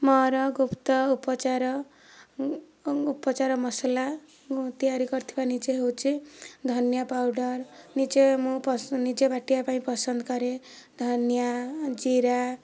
ମୋର ଗୁପ୍ତ ଉପଚାର ଉପଚାର ମସଲା ମୁଁ ତିଆରି କରିଥିବା ନିଜେ ହେଉଛି ଧନିଆ ପାଉଡ଼ର ନିଜେ ମୁଁ ନିଜେ ବାଟିବା ପାଇଁ ପସନ୍ଦ କରେ ଧନିଆ ଜିରା